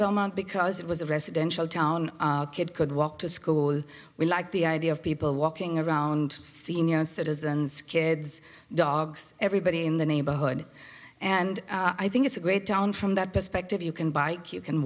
belmont because it was a residential town kid could walk to school we liked the idea of people walking around senior citizens kids dogs everybody in the neighborhood and i think it's a great town from that perspective you can bike you can